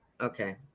Okay